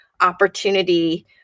opportunity